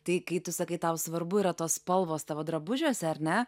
tai kai tu sakai tau svarbu yra tos spalvos tavo drabužiuose ar ne